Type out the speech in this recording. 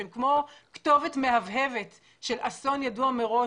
שהם כמו כתובת מהבהבת על הקיר של אסון ידוע מראש,